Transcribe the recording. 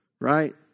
right